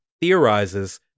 theorizes